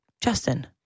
Justin